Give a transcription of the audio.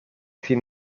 sin